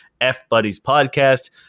fBuddiesPodcast